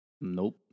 Nope